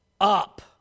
up